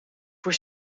voor